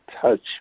touch